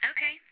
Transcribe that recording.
Okay